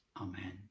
Amen